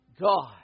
God